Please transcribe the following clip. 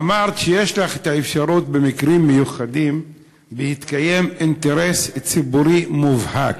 אמרת שיש לך האפשרות במקרים מיוחדים לקיים אינטרס ציבורי מובהק,